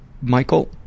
Michael